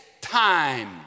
time